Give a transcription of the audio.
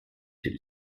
dem